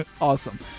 Awesome